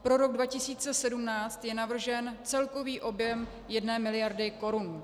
Pro rok 2017 je navržen celkový objem jedné miliardy korun.